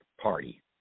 party